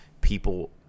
people